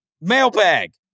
mailbag